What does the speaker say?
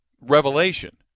revelation